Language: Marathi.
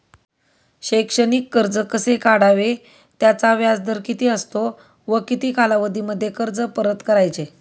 शैक्षणिक कर्ज कसे काढावे? त्याचा व्याजदर किती असतो व किती कालावधीमध्ये कर्ज परत करायचे?